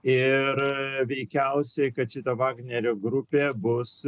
ir veikiausiai kad šito vagnerio grupė bus